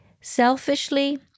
Selfishly